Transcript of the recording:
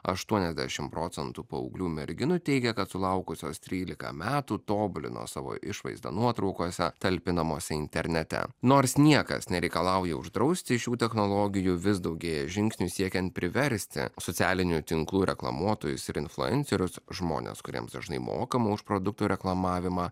aštuoniasdešim procentų paauglių merginų teigia kad sulaukusios trylika metų tobulino savo išvaizdą nuotraukose talpinamos internete nors niekas nereikalauja uždrausti šių technologijų vis daugėja žingsnių siekiant priversti socialinių tinklų reklamuotojus ir influencerius žmones kuriems dažnai mokama už produkto reklamavimą